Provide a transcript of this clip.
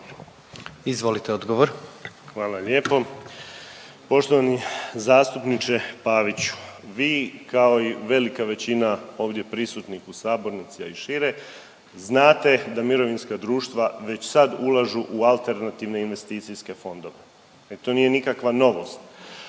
Marin (HDZ)** Hvala lijepo. Poštovani zastupniče Paviću, vi kao i velika većina ovdje prisutnih u sabornici, a i šire znate da mirovinska društva već sad ulažu u alternativne investicijske fondove jer to nije nikakva novost.